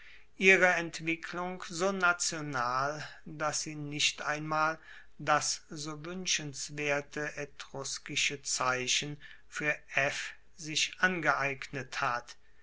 ihre entwicklung so national dass sie nicht einmal das so wuenschenswerte etruskische zeichen fuer f sich angeeignet hat